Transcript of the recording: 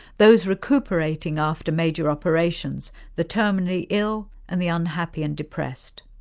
those recuperating after major operations, the terminally ill and the unhappy and depressed.